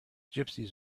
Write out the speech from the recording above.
gypsies